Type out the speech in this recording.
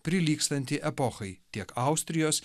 prilygstantį epochai tiek austrijos